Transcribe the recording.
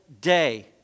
day